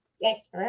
Yes